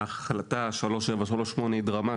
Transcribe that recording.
ההחלטה 3738 היא דרמטית,